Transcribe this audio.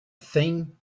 thing